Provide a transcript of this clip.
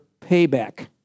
payback